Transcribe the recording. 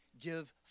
give